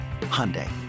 Hyundai